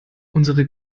unsere